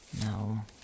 No